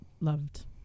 loved